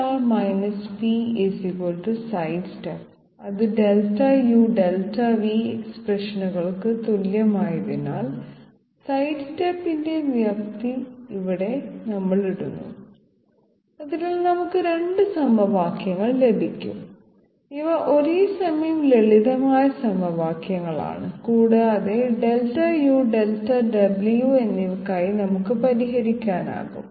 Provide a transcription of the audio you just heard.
P P sidestep അത് Δu Δv എക്സ്പ്രഷനുകൾക്ക് തുല്യമായതിനാൽ സൈഡ്സ്റ്റെപ്പിന്റെ വ്യാപ്തി ഇവിടെ നമ്മൾ ഇടുന്നു അതിനാൽ നമുക്ക് രണ്ട് സമവാക്യങ്ങൾ ലഭിക്കും ഇവ ഒരേസമയം ലളിതമായ സമവാക്യങ്ങളാണ് കൂടാതെ Δu Δw എന്നിവയ്ക്കായി നമുക്ക് പരിഹരിക്കാനാകും